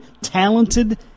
talented